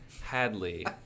Hadley